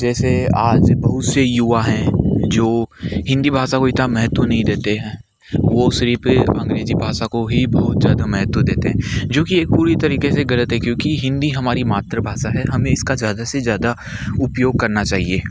जैसे आज बहुत से युवा हैं जो हिंदी भाषा को इतना महत्व नहीं देते हैं वो सिर्फ़ अंग्रेजी भाषा को ही बहुत ज़्यादा महत्व देते हैं जो कि एक पूरी तरीके से ग़लत है क्योंकि हिंदी हमारी मातृभाषा है हमें इस का ज़्यादा से ज़्यादा उपयोग करना चाहिए